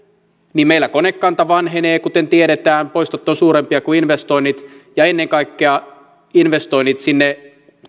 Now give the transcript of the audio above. niin meillä konekanta vanhenee kuten tiedetään poistot ovat suurempia kuin investoinnit ja ennen kaikkea investoinnit sinne